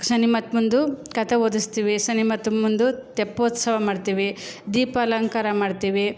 ಶನಿಮಹಾತ್ಮಂದು ಕತೆ ಓದಿಸ್ತೀವಿ ಶನಿಮಹಾತ್ಮಂದು ತೆಪ್ಪೋತ್ಸವ ಮಾಡ್ತೀವಿ ದೀಪಾಲಂಕಾರ ಮಾಡ್ತೀವಿ